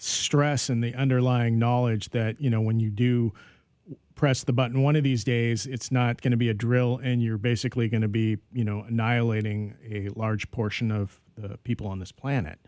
stress and the underlying knowledge that you know when you do press the button one of these days it's not going to be a drill and you're basically going to be you know nial aiding a large portion of the people on this planet